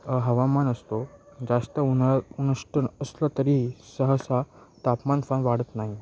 हवामान असतो जास्त उन्हाळा उष्ण असलं तरीही सहसा तापमान फार वाढत नाही